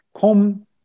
come